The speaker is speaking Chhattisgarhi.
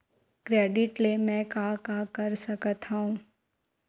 क्रेडिट ले मैं का का कर सकत हंव?